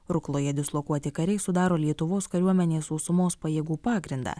rukloje dislokuoti kariai sudaro lietuvos kariuomenės sausumos pajėgų pagrindą